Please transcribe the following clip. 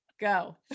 Go